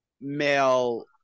male